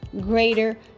greater